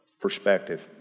perspective